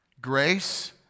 Grace